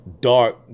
dark